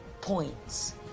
points